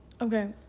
Okay